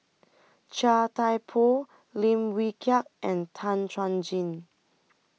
Chia Thye Poh Lim Wee Kiak and Tan Chuan Jin